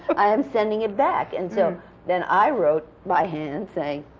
i am sending it back. and so then i wrote, by hand, saying,